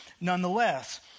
nonetheless